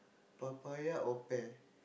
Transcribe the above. papaya or pear